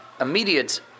immediate